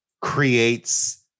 creates